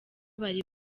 bari